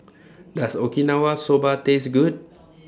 Does Okinawa Soba Taste Good